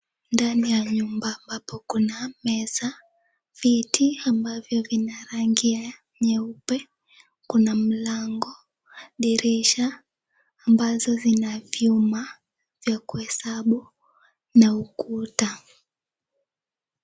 Ndani ya nyumba ambapo kuna meza, viti ambavyo vina rangi ya nyeupe. Kuna mlango ,dirisha ambazo zina vyuma vya kuhesabu na ukuta.